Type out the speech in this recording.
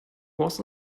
was